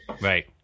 right